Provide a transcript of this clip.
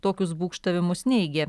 tokius būgštavimus neigė